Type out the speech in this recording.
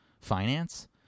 finance